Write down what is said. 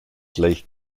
gleich